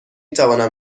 توانم